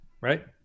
right